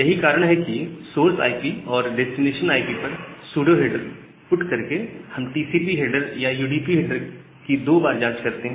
यही कारण है कि सोर्स आईपी और डेस्टिनेशन आईपी पर सूडो हेडर को पुट कर के हम टीसीपी हेडर या यूडीपी हेडर की दो बार जांच करते हैं